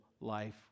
life